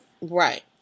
Right